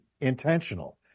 intentional